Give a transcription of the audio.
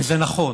וזה נכון,